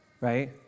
right